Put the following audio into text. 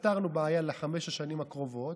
פתרנו בעיה לחמש השנים הקרובות,